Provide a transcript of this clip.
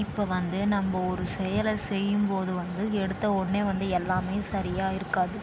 இப்போ வந்து நம்ம ஒரு செயலை செய்யும்போது வந்து எடுத்த உடனே வந்து எல்லாமே சரியாக இருக்காது